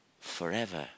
forever